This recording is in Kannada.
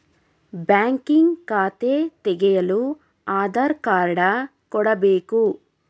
ಬ್ಯಾಂಕಿಂಗ್ ಖಾತೆ ತೆಗೆಯಲು ಆಧಾರ್ ಕಾರ್ಡ ಕೊಡಬೇಕು